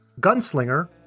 Gunslinger